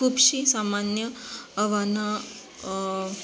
खुबशीं सामान्य आव्हानां